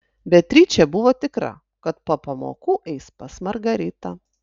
beatričė buvo tikra kad po pamokų eis pas margaritą